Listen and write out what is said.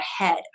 ahead